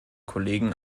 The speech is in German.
kollegen